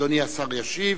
אדוני השר ישיב.